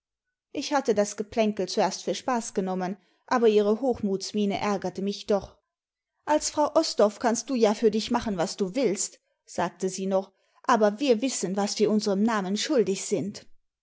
ich hatte das geplänkel zuerst für spaß genommen aber ihre hochmutsmiene ärgerte mich doch als frau osdorf kannst du ja für dich machen was du willst sagte sie noch aber wir wissen was wir unserem namen schuldig sind